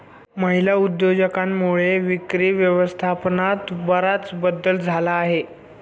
महिला उद्योजकांमुळे विक्री व्यवस्थापनात बराच बदल झाला आहे